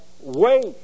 Wait